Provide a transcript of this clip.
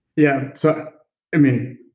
yeah so i mean,